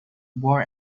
born